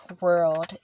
world